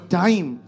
time